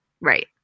Right